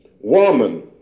Woman